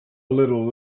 little